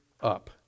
up